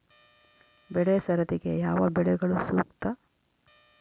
ಬೆಳೆ ಸರದಿಗೆ ಯಾವ ಬೆಳೆಗಳು ಸೂಕ್ತ?